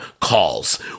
calls